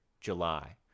July